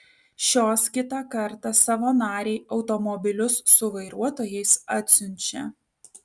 šios kitą kartą savo narei automobilius su vairuotojais atsiunčia